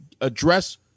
address